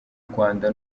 rwanda